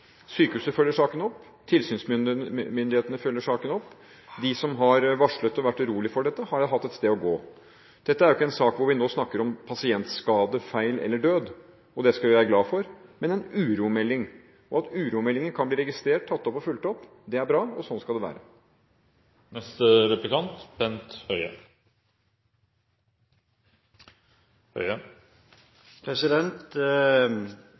Sykehuset følger saken opp. Tilsynsmyndighetene følger saken opp. De som har varslet og vært urolige for dette, har hatt et sted å gå. Dette er jo ikke en sak der vi snakker om pasientskade, -feil eller -død – og det skal vi være glade for – men en uromelding. Og at uromeldinger kan bli registrert, tatt opp og fulgt opp, er bra. Sånn skal det